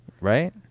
Right